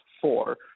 four